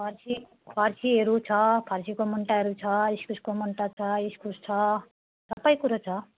फर्सी फर्सीहरू छ फर्सीको मुन्टाहरू छ इस्कुसको मुन्टा छ इस्कुस छ सबै कुरो छ